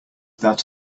that